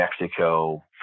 Mexico